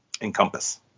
encompass